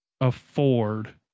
afford